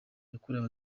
yakorewe